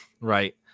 right